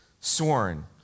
sworn